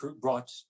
brought